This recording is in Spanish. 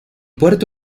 puerto